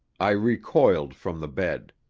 i recoiled from the bed.